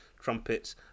trumpets